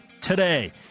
today